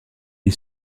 est